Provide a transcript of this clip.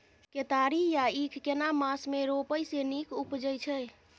केतारी या ईख केना मास में रोपय से नीक उपजय छै?